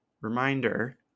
Reminder